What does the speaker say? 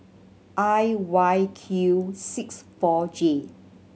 I Y Q six four J